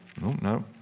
no